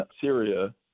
Syria